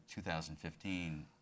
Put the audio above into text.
2015